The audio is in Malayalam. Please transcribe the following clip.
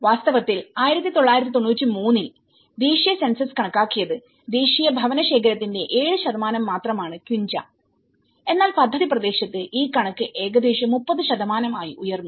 വാസ്തവത്തിൽ 1993 ൽ ദേശീയ സെൻസസ്കണക്കാക്കിയത് ദേശീയ ഭവന ശേഖരത്തിന്റെ 7 മാത്രമാണ് ക്വിഞ്ച എന്നാൽ പദ്ധതി പ്രദേശത്ത് ഈ കണക്ക് ഏകദേശം 30 ആയി ഉയർന്നു